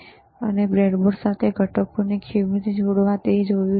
પછી આપણે બ્રેડબોર્ડ સાથે ઘટકોને કેવી રીતે જોડવું તે જોયું